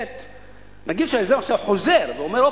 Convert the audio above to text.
כמו כן, נגיד שהיזם עכשיו חוזר ואומר: